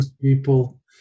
people